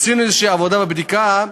עשינו איזו עבודת בדיקה,